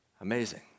amazing